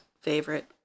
favorite